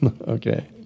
Okay